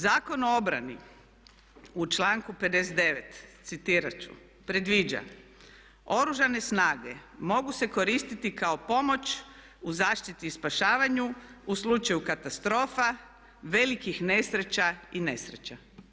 Zakon o obrani u članku 59., citirati ću, predviđa: "Oružane snage mogu se koristiti kao pomoć u zaštiti i spašavanju, u slučaju katastrofa, velikih nesreća i nesreća.